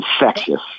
infectious